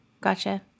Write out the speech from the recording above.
Gotcha